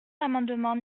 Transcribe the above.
l’amendement